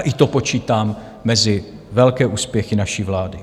I to počítám mezi velké úspěchy naší vlády.